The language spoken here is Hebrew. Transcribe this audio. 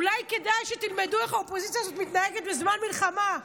אולי כדאי שתלמדו איך האופוזיציה הזאת מתנהגת בזמן מלחמה,